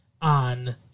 on